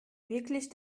wirklich